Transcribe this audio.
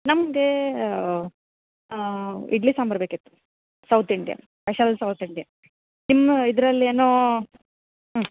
ನಮಗೆ ಇಡ್ಲಿ ಸಾಂಬಾರು ಬೇಕಿತ್ತು South India special South India ನಿಮ್ಮ ಇದ್ರಲ್ಲಿ ಏನೋ ಹ್ಞೂ